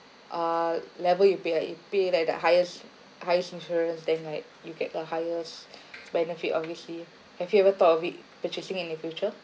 uh level you pay ah you pay like the highest highest insurance then like you get a highest benefit obviously have you ever thought of it purchasing in the future